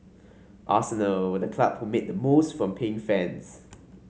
arsenal were the club who made the most from paying fans